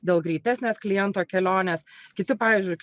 dėl greitesnės kliento kelionės kiti pavyzdžiui